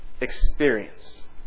experience